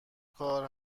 کار